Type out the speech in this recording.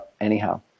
anyhow